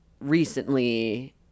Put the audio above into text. recently